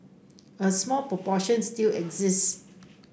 a small proportion still exists